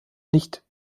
nicht